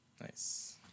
Nice